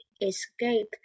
escape